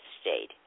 state